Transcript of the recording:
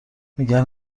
میگن